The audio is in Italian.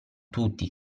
tutti